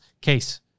case